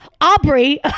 Aubrey